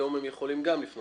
היום הם גם יכולים לפנות.